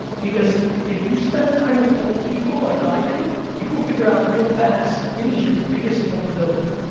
because if you spend time with old people like i do, you will figure out real fast, it is your biggest vulnerability.